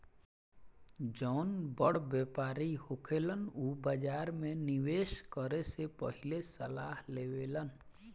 जौन बड़ व्यापारी होखेलन उ बाजार में निवेस करे से पहिले सलाह लेवेलन